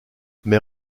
mais